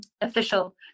official